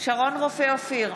שרון רופא אופיר,